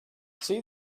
see